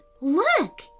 Look